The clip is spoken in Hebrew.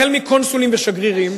החל מקונסולים ושגרירים,